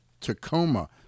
Tacoma